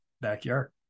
backyard